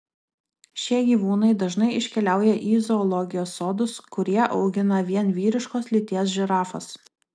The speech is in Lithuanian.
šie gyvūnai dažnai iškeliauja į zoologijos sodus kurie augina vien vyriškos lyties žirafas